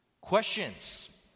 Questions